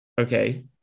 okay